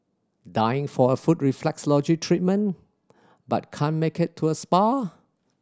dying for a foot reflexology treatment but can't make it to a spa